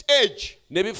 age